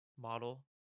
model